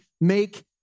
make